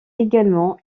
également